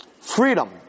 Freedom